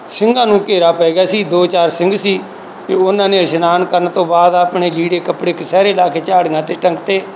ਸਿੰਘਾਂ ਨੂੰ ਘੇਰਾ ਪੈ ਗਿਆ ਸੀ ਦੋ ਚਾਰ ਸਿੰਘ ਸੀ ਅਤੇ ਉਹਨਾਂ ਨੇ ਇਸਨਾਨ ਕਰਨ ਤੋਂ ਬਾਅਦ ਆਪਣੇ ਲੀੜੇ ਕੱਪੜੇ ਕਛਹਿਰੇ ਲਾ ਕੇ ਝਾੜੀਆਂ 'ਤੇ ਟੰਗਤੇ